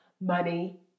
Money